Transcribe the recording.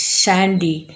sandy